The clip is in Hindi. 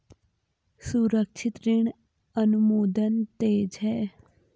सुरक्षित ऋण अनुमोदन तेज है